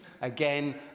again